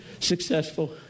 Successful